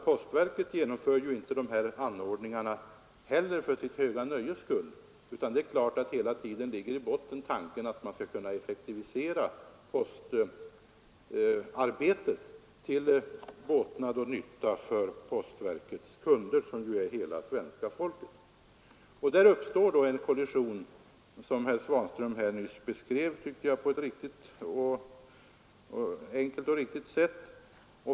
Postverket inför naturligtvis inte de här anordningarna för sitt höga nöjes skull, utan hela tiden ligger i bottnen tanken att man skall kunna effektivisera postarbetet till båtnad för postverkets kunder, som ju är hela svenska folket. Där uppstår en kollision, som herr Svanström nyss beskrev på ett enkelt och riktigt sätt.